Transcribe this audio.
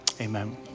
amen